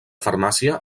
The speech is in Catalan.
farmàcia